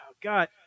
God